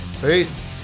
Peace